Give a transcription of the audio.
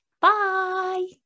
Bye